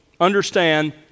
understand